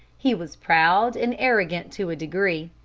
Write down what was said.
he was proud and arrogant to a degree.